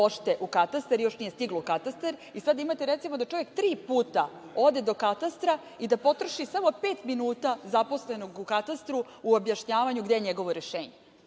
pošte u Katastar, još nije stiglo u Katastar i sad imate recimo da čovek tri puta ode do Katastra i da potroši samo pet minuta zaposlenog u Katastru u objašnjavanju gde je njegovo rešenje,